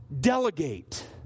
Delegate